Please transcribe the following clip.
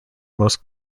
most